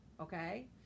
Okay